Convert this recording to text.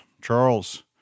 Charles